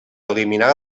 eliminar